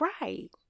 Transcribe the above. right